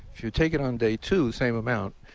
if you take it on day two same amount,